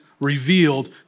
revealed